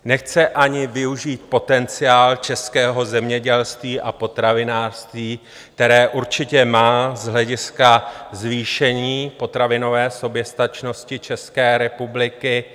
Nechce ani využít potenciál českého zemědělství a potravinářství, které určitě má z hlediska zvýšení potravinové soběstačnosti České republiky.